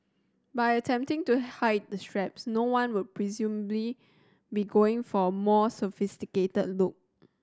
by attempting to hide the straps no one would presumably be going for a more sophisticated look